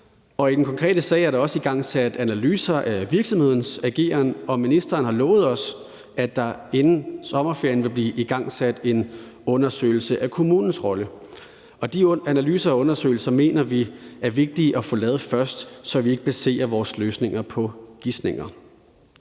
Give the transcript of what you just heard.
i den konkrete sag er der også igangsat analyser af virksomhedens ageren, og ministeren har lovet os, at der inden sommerferien vil blive igangsat en undersøgelse af kommunens rolle, og de analyser og undersøgelser mener vi det er vigtigt at få lavet først, så vi ikke baserer vores løsninger på gisninger.